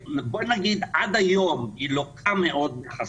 נכון להגיד שעד היום היא לוקה מאוד בחסר.